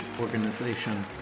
organization